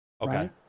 Okay